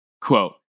Quote